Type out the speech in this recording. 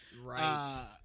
Right